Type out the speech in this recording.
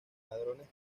ladrones